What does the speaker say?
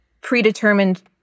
predetermined